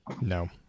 no